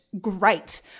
great